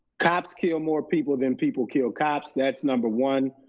cops kill more people than people kill cops, that's number one.